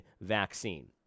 vaccine